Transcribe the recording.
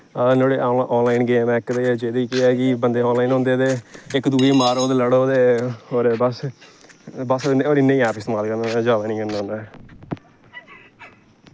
एह् इक online app जेहदे च केह् होंदा कि बंदे आनॅलाइन होंदे ते ओहदे च केह् होंदा कि मारो ते लड़ो और बस इन्ने गै ऐप इस्तेमाल करना होन्ना ज्यादा नेई करना होन्ना ऐ